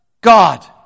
God